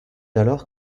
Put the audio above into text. alors